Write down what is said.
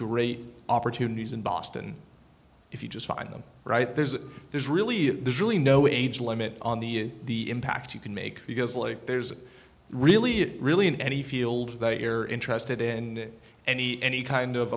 great opportunities in boston if you just find them right there's there's really there's really no age limit on the impact you can make because there's really it really in any field they are interested in any any kind of